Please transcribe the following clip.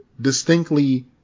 distinctly